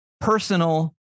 personal